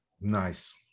Nice